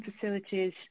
facilities